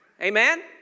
Amen